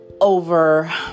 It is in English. over